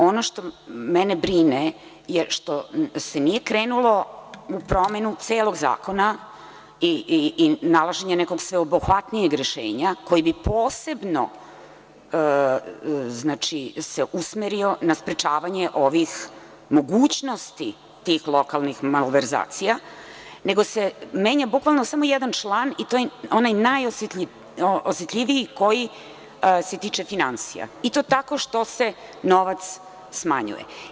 Ono što mene brine je što se nije krenulo u promenu celog zakona i nalaženje nekog sveobuhvatnijeg rešenja, koje bi se posebno usmerio na sprečavanje ovih mogućnosti tih lokalnih malverzacija, nego se menja bukvalno samo jedan član i to onaj najosetljiviji koji se tiče finansija i to tako što se novac smanjuje.